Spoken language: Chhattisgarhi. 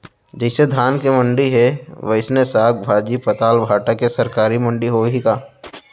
जइसे धान के मंडी हे, वइसने साग, भाजी, पताल, भाटा के सरकारी मंडी होही का?